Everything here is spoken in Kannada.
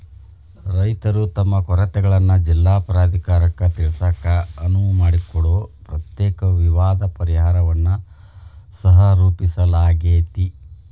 ರೈತರು ತಮ್ಮ ಕೊರತೆಗಳನ್ನ ಜಿಲ್ಲಾ ಪ್ರಾಧಿಕಾರಕ್ಕ ತಿಳಿಸಾಕ ಅನುವು ಮಾಡಿಕೊಡೊ ಪ್ರತ್ಯೇಕ ವಿವಾದ ಪರಿಹಾರನ್ನ ಸಹರೂಪಿಸಲಾಗ್ಯಾತಿ